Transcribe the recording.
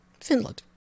Finland